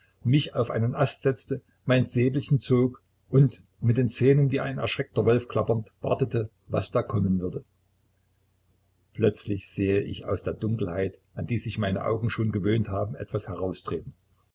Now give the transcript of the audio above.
mich auf einen ast setzte mein säbelchen zog und mit den zähnen wie ein erschreckter wolf klappernd wartete was da kommen würde plötzlich sehe ich aus der dunkelheit an die sich meine augen bereits gewöhnt haben etwas heraustreten